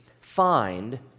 find